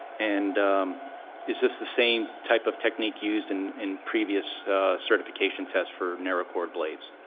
and is this the same type of technique used and in previous certification tests for narrow chord blades?